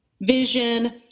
vision